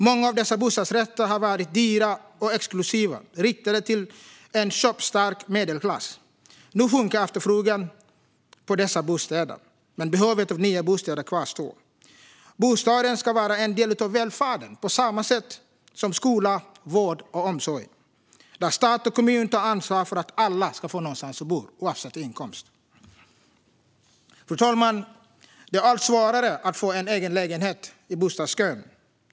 Många av dessa bostadsrätter har varit dyra och exklusiva, riktade till en köpstark medelklass. Nu sjunker efterfrågan på dessa bostäder, men behovet av nya bostäder kvarstår. Bostaden ska vara en del av välfärden på samma sätt som skola, vård och omsorg, där stat och kommun tar ansvar för att alla ska få någonstans att bo oavsett inkomst. Fru talman! Det är allt svårare att få en egen lägenhet i bostadskön.